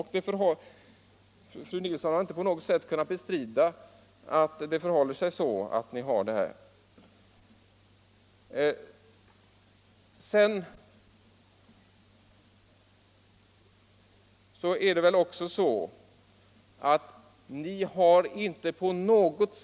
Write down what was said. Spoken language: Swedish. Fru Nilsson i Kristianstad har varken kunnat bestrida att centerpartiet har föreslagit dessa utgifter eller kunnat ange några kompenserande inkomstförstärkningar eller utgiftsreduktioner.